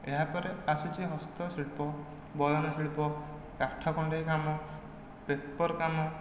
ଏହାପରେ ଆସୁଛି ହସ୍ତଶିଳ୍ପ ବୟନଶିଳ୍ପ କାଠ କଣ୍ଢେଇ କାମ ପେପର୍ କାମ